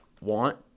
want